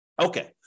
Okay